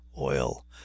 oil